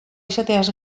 izateaz